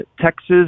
Texas